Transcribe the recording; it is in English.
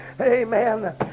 Amen